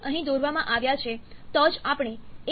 અહીં દોરવામાં આવ્યા છે તો જ આપણે એક આદર્શ ચક્ર વિશે વાત કરીશું